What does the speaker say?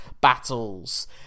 battles